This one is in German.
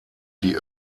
die